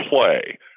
play